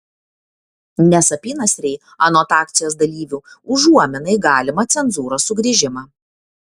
nes apynasriai anot akcijos dalyvių užuomina į galimą cenzūros sugrįžimą